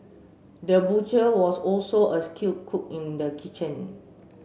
the butcher was also a skilled cook in the kitchen